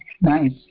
Nice